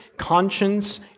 conscience